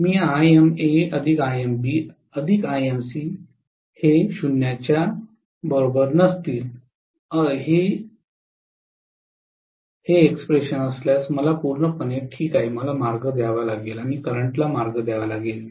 मी ImaImb Imc ≠ 0 असल्यास मला पूर्णपणे ठीक आहे मला मार्ग द्यावा लागेल आणि करंटला मार्ग द्यावा लागेल